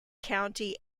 county